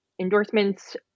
endorsements